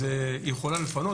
אז היא יכולה לפנות.